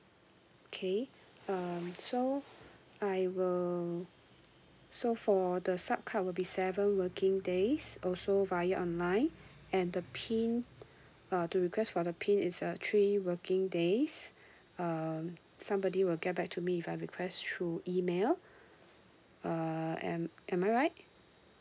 okay um so I will so for the sub card will be seven working days also via online and the PIN uh to request for the PIN is uh three working days um somebody will get back to me if I request through email uh am am I right